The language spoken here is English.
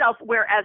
whereas